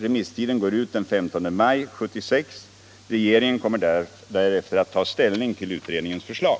Remisstiden går ut den 15 maj 1976. Regeringen kommer därefter att ta ställning till utredningens förslag.